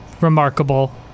Remarkable